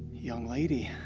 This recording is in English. young lady,